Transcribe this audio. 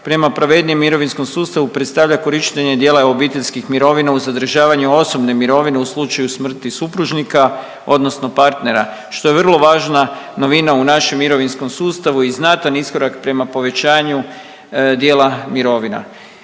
prema pravednijem mirovinskom sustavu predstavlja korištenje dijela obiteljskih mirovina uz zadržavanje osobne mirovine u slučaju smrti supružnika odnosno partnera što je vrlo važna novina u našem mirovinskom sustavu i znatan iskorak prema povećanju dijela mirovina.